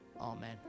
Amen